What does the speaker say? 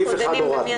הורדנו.